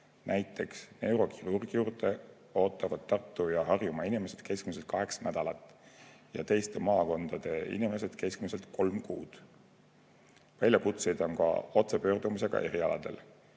Näiteks neurokirurgi juurde ootavad Tartu‑ ja Harjumaa inimesed keskmiselt kaheksa nädalat ja teiste maakondade inimesed keskmiselt kolm kuud. Väljakutseid on ka otsepöördumisega erialadel.